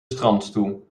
strandstoel